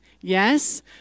yes